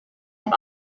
have